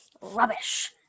Rubbish